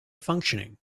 functioning